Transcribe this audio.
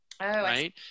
Right